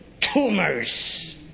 tumors